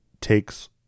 takes